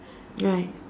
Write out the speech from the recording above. right